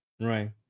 Right